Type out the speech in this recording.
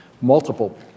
multiple